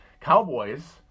Cowboys